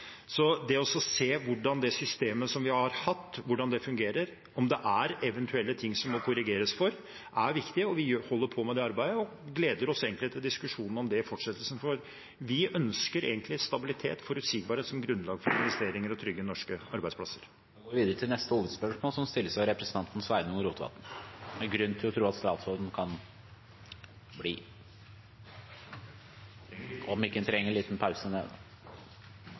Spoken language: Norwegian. Så det å se hvordan systemet vi har hatt, fungerer, om det er eventuelle ting det bør korrigeres for, er viktig. Vi holder på med det arbeidet og gleder oss egentlig til diskusjonen om det i fortsettelsen. De ønsker egentlig stabilitet og forutsigbarhet som grunnlag for investeringer og trygge norske arbeidsplasser. Da går vi videre til neste hovedspørsmål. Det er grunn til å tro at statsråden kan bli stående. For å vere miskunnsam skulle eg gjerne ha gjeve statsråden ein pause,